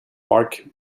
mark